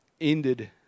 ended